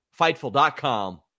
Fightful.com